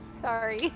sorry